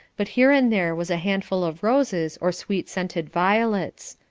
but here and there was a handful of roses or sweet-scented violets.